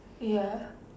ya